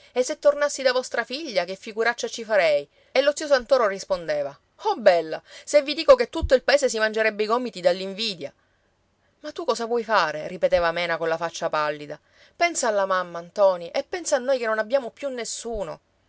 e se tornassi da vostra figlia che figuraccia ci farei e lo zio santoro rispondeva oh bella se vi dico che tutto il paese si mangerebbe i gomiti dall'invidia ma tu cosa vuoi fare ripeteva mena colla faccia pallida pensa alla mamma ntoni e pensa a noi che non abbiamo più nessuno